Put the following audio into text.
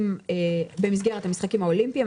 במסגרת המשחקים האולימפיים,